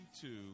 two